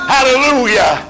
Hallelujah